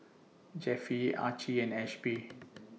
Jeffie Archie and Ashby